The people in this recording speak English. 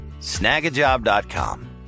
Snagajob.com